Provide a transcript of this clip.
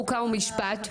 חוקה ומשפט,